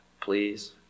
please